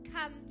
come